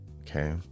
okay